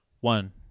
One